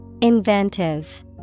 Inventive